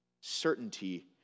Certainty